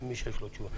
מי שיש לו תשובה.